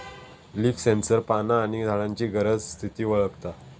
leaf sensor पाना आणि झाडांची गरज, स्थिती वळखता